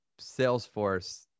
Salesforce